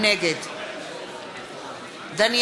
נגד דניאל עטר,